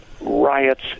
riots